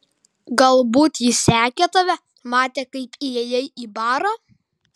galbūt jis sekė tave matė kaip įėjai į barą